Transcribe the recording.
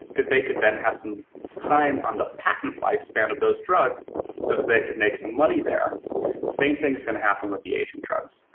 cause they could then have some time on the patent lifespan of those drugs so that they could make some money there. the same thing is gonna happen with the aging drugs.